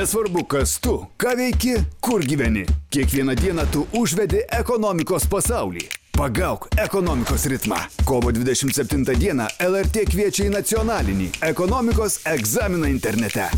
nesvarbu kas tu ką veiki kur gyveni kiekvieną dieną tu užvedi ekonomikos pasaulį pagauk ekonomikos ritmą kovo dvidešimt septintą dieną el er tė kviečia į nacionalinį ekonomikos egzaminą internete